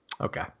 okay